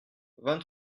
vingt